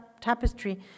tapestry